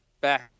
back